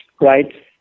right